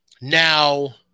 Now